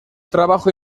trabajo